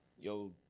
yo